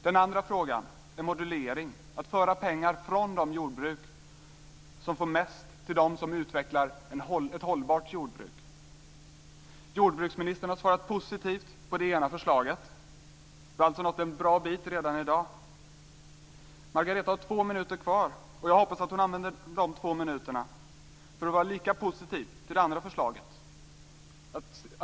Den andra frågan gäller modulering - att föra pengar från de jordbruk som får mest till dem som utvecklar ett hållbart jordbruk. Jordbruksministern har svarat positivt på det ena förslaget. Vi har alltså nått en bra bit redan i dag. Margareta Winberg har två minuter kvar. Jag hoppas att hon använder dessa två minuter till att vara lika positiv till det andra förslaget.